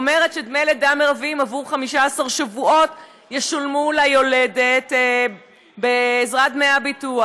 היא שדמי לידה מרביים עבור 15 שבועות ישולמו ליולדת בעזרת דמי הביטוח.